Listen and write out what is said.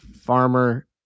farmer